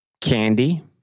candy